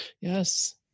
Yes